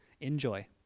Enjoy